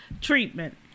treatment